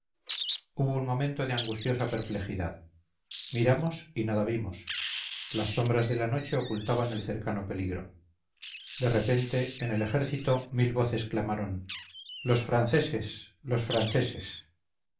hubo un momento de angustiosa perplejidad miramos y nada vimos las sombras de la noche ocultaban el cercano peligro de repente en el ejército mil voces clamaron los franceses los franceses